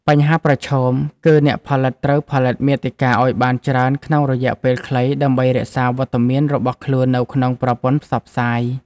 បញ្ហាប្រឈមគឺអ្នកផលិតត្រូវផលិតមាតិកាឱ្យបានច្រើនក្នុងរយៈពេលខ្លី ដើម្បីរក្សាវត្តមានរបស់ខ្លួននៅក្នុងប្រព័ន្ធផ្សព្វផ្សាយ។